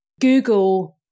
Google